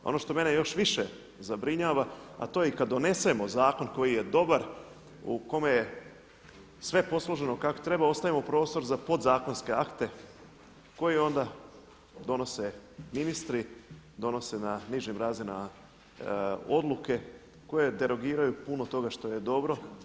Ono što mene još više zabrinjava, a to je i kad donesemo zakon koji je dobar, u kome je sve posloženo kako treba ostavimo prostor za podzakonske akte koji onda donose ministri, donose na nižim razinama odluke koje derogiraju puno toga što je dobro.